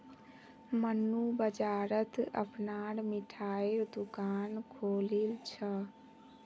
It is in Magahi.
मन्नू बाजारत अपनार मिठाईर दुकान खोलील छ